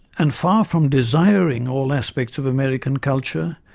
and far from desiring all aspects of american culture,